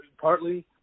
partly